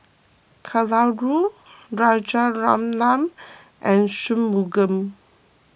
Kalluri Rajaratnam and Shunmugam